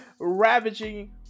ravaging